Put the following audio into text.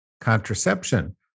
contraception